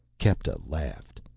kepta laughed.